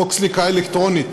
חוק סליקה אלקטרונית